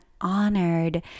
honored